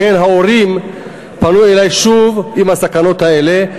לכן ההורים פנו אלי שוב לגבי הסכנות האלה,